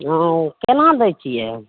ओ केना दै छियै